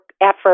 effort